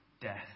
death